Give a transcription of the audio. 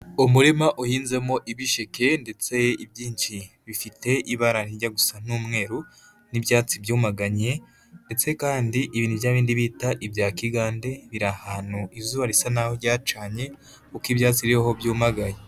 Umurima uhinzemo ibisheke ndetse ibyinshi bifite ibara rijya gusa n'umweru n'ibyatsi byuyumaganye ndetse kandi ibi ni byabindi bita ibya kigande, biri hantu izuba risa naho ryacanye kuko ibyati biriho byuyumagaye.